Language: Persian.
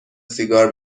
سیگار